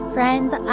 Friends